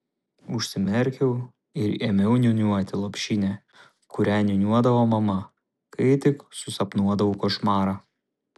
užsimerkiau ir ėmiau niūniuoti lopšinę kurią niūniuodavo mama kai tik susapnuodavau košmarą